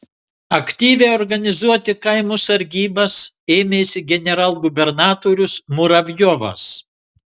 aktyviai organizuoti kaimo sargybas ėmėsi generalgubernatorius muravjovas